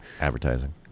advertising